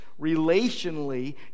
relationally